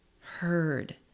heard